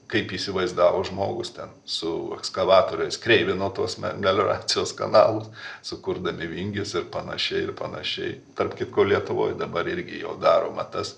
kaip įsivaizdavo žmogus ten su ekskavatoriais kreivino tuos me melioracijos kanalus sukurdami vingius ir panašiai ir panašiai tarp kitko lietuvoj dabar irgi jau daroma tas